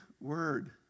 word